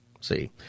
See